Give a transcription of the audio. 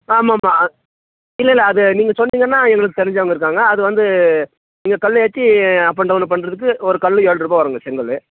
ஆமாம்மா இல்லைல்ல அது நீங்கள் சொன்னிங்கன்னா அது எங்களுக்கு தெரிஞ்சவங்க இருக்காங்க அது வந்து நீங்கள் கல் ஏற்றி அப் அண்ட் டௌன் பண்ணுறதுக்கு ஒரு கல் ஏழ்ரூபா வருங்க செங்கல்